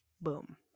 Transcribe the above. Boom